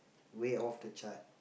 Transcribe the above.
way off the chart